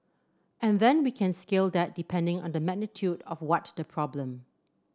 and then we can scale that depending on the magnitude of what the problem